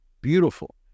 Beautiful